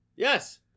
Yes